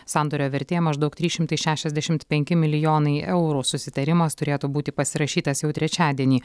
sandorio vertė maždaug trys šimtai šešiasdešimt penki milijonai eurų susitarimas turėtų būti pasirašytas jau trečiadienį